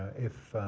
if